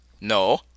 No